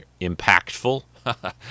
impactful